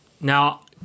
now